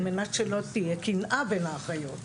על מנת שלא תהיה קנאה בין האחיות,